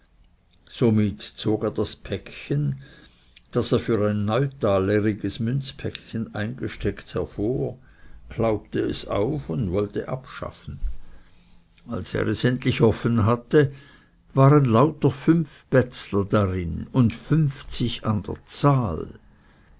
somit zog er das päckchen das er für ein neutaleriges münzpäckchen eingesteckt hervor klaubte es auf und wollte abschaffen als er es endlich offen hatte waren lauter fünfbätzler darin und fünfzig an der zahl